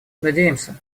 надеемся